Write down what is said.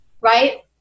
right